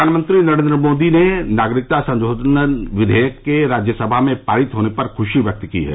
प्रधानमंत्री नरेन्द्र मोदी ने नागरिकता संशोधन विषेयक के राज्यसभा में पारित होने पर खुशी व्यक्त की है